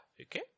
Okay